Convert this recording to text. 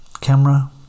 camera